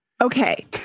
Okay